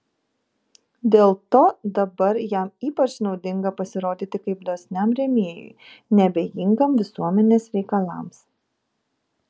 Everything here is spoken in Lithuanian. dėl to dabar jam ypač naudinga pasirodyti kaip dosniam rėmėjui neabejingam visuomenės reikalams